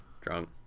drunk